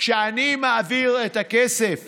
כשאני מעביר את הכסף